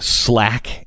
slack